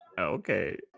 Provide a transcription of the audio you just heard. okay